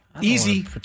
Easy